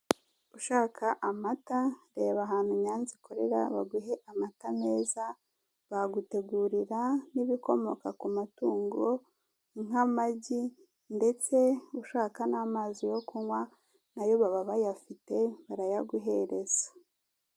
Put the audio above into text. Ushaka amata reba ahantu Nyanza ikorera baguhe amata meza, bagutegurira n'ibikomoka ku amatungo nka magi ndetse ushaka n'amazi yo kunywa nayo baba bayafite barayaguhereza.